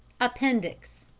appendix.